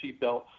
seatbelt